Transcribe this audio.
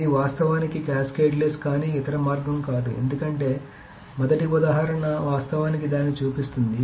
ఇది వాస్తవానికి క్యాస్కేడ్లెస్ కానీ ఇతర మార్గం కాదు ఎందుకంటే మొదటి ఉదాహరణ వాస్తవానికి దానిని చూపిస్తుంది